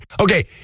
Okay